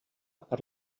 per